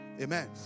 Amen